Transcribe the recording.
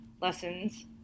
lessons